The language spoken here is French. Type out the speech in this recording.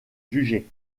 jugé